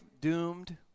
doomed